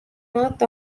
north